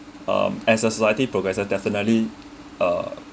um as a society progresses definitely uh